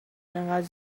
اینقدر